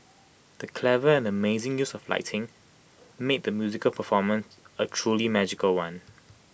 the clever and amazing use of lighting made the musical performance A truly magical one